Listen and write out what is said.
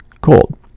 cold